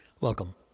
Welcome